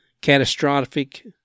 catastrophic